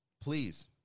Please